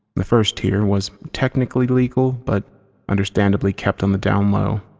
the first tier was technically legal, but understandably kept on the down low.